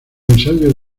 ensayo